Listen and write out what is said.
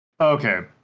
Okay